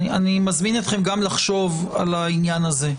אני מזמין אתכם לחשוב על העניין הזה.